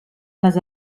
les